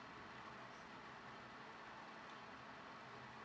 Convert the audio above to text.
ah